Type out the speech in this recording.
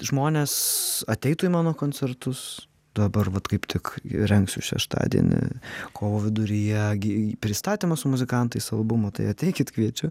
žmonės ateitų į mano koncertus dabar vat kaip tik ir rengsiu šeštadienį kovo viduryje gi pristatymą su muzikantais albumo tai ateikit kviečiu